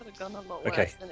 Okay